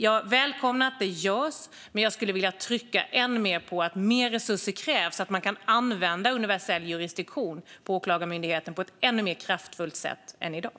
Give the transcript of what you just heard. Jag välkomnar att arbetet görs, men jag skulle vilja trycka än mer på att mer resurser krävs så att man kan använda universell jurisdiktion på Åklagarmyndigheten på ett ännu mer kraftfullt sätt än i dag.